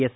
S